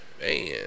Man